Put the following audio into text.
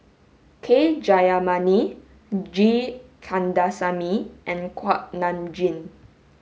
K Jayamani G Kandasamy and Kuak Nam Jin